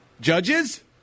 Judges